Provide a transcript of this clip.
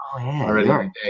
already